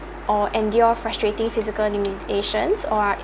or endure frustrating physical limitations